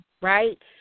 right